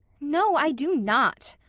no, i do not,